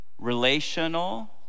relational